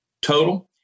total